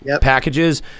packages